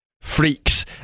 freaks